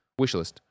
Wishlist